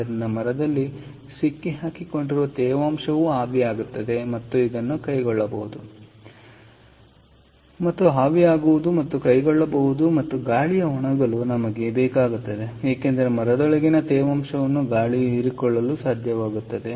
ಆದ್ದರಿಂದ ಮರದಲ್ಲಿ ಸಿಕ್ಕಿಹಾಕಿಕೊಂಡಿರುವ ತೇವಾಂಶವು ಆವಿಯಾಗುತ್ತದೆ ಮತ್ತು ಇದನ್ನು ಕೈಗೊಳ್ಳಬಹುದು ಮತ್ತು ಆವಿಯಾಗಬಹುದು ಮತ್ತು ಕೈಗೊಳ್ಳಬಹುದು ಮತ್ತು ಗಾಳಿಯು ಒಣಗಲು ನಮಗೆ ಬೇಕಾಗುತ್ತದೆ ಏಕೆಂದರೆ ಮರದೊಳಗಿನ ತೇವಾಂಶವನ್ನು ಗಾಳಿಯು ಹೀರಿಕೊಳ್ಳಲು ಸಾಧ್ಯವಾಗುತ್ತದೆ